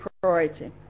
priority